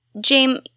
james